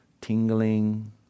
tingling